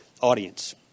audience